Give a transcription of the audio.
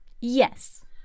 Yes